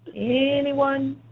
anyone?